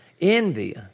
Envy